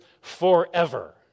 forever